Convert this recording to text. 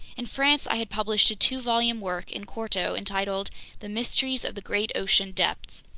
in france i had published a two-volume work, in quarto, entitled the mysteries of the great ocean depths.